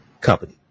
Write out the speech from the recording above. company